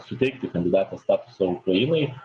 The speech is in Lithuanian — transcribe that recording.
suteikti kandidatės statusą ukrainai